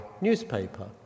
newspaper